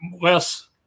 less